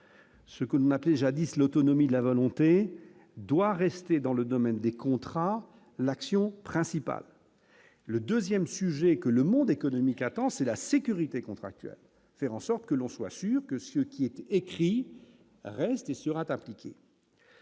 ce qu'on appelait jadis l'autonomie la volonté doit rester dans le domaine des contrats l'action principale, le 2ème sujet que le monde économique, attend, c'est la sécurité contractuels, faire en sorte que l'on soit sûr que ce qui était écrit : rester sur un